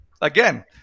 again –